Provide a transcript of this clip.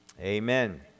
amen